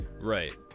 right